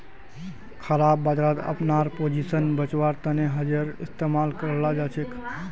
खराब बजारत अपनार पोजीशन बचव्वार तने हेजेर इस्तमाल कराल जाछेक